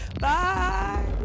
Bye